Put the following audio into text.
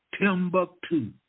Timbuktu